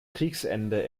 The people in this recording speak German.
kriegsende